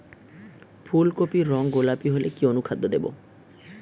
ফুল কপির রং গোলাপী হলে কি অনুখাদ্য দেবো?